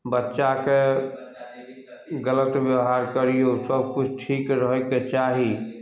बच्चाके गलत व्यवहार करियौ सभ किछु ठीक रहयके चाही